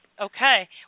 Okay